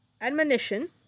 Admonition